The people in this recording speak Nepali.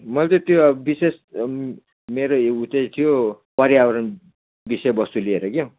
मैले चाहिँ त्यो अब विशेष मेरो उ चाहिँ थियो पर्यावरण विषय वस्तु लिएर क्या